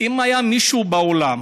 היה מישהו בעולם